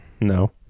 No